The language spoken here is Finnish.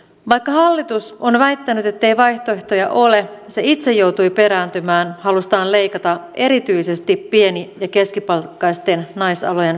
vaikka hallitus on väittänyt ettei vaihtoehtoja ole se itse joutui perääntymään halustaan leikata erityisesti pieni ja keskipalkkaisten naisalojen palkkoja